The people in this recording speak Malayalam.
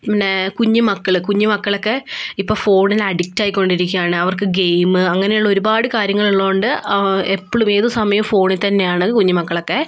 പിന്നെ കുഞ്ഞുമക്കള് കുഞ്ഞുമക്കളൊക്കെ ഇപ്പോൾ ഫോണിന് അഡിക്ട് ആയിക്കൊണ്ടിരിക്കുകയാണ് അവർക്ക് ഗെയിം അങ്ങനെയുള്ള ഒരുപാട് കാര്യങ്ങളുള്ളത് കൊണ്ട് എപ്പോഴും ഏത് സമയവും ഫോണിൽ തന്നെയാണ് കുഞ്ഞുമക്കളൊക്കെ